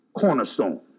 cornerstone